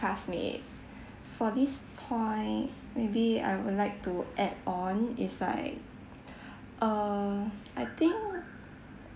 classmates for this point maybe I would like to add on is like uh I think